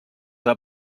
are